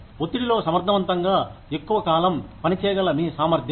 ఒత్తిడిలో సమర్థవంతంగా ఎక్కువ కాలం పని చేయగల మీ సామర్థ్యం